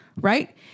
Right